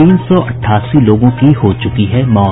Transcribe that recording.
तीन सौ अठासी लोगों की हो चुकी है मौत